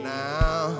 now